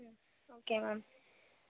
okay ma'am